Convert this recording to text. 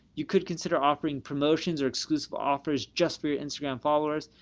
you could consider offering promotions or exclusive offers just for your instagram followers.